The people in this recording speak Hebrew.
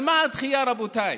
על מה הדחייה, רבותיי?